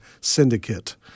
Syndicate